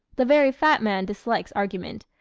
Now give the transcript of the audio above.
the very fat man dislikes argument,